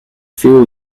few